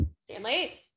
Stanley